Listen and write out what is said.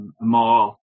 more